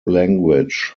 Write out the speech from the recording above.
language